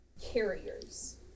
carriers